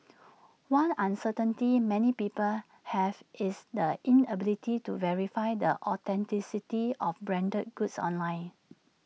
one uncertainty many people have is the inability to verify the authenticity of branded goods online